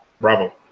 Bravo